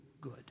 good